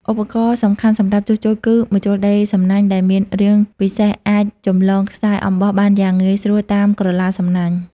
ឧបករណ៍សំខាន់សម្រាប់ជួសជុលគឺ ម្ជុលដេរសំណាញ់ ដែលមានរាងពិសេសអាចចម្លងខ្សែអំបោះបានយ៉ាងងាយស្រួលតាមក្រឡាសំណាញ់។